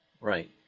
Right